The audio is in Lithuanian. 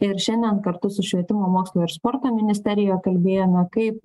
ir šiandien kartu su švietimo mokslo ir sporto ministerija kalbėjome kaip